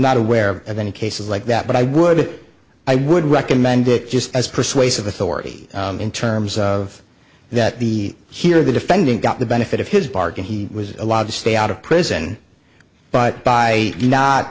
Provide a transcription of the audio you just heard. not aware of any cases like that but i would i would recommend it just as persuasive authority in terms of that the here the defendant got the benefit of his bargain he was allowed to stay out of prison but by not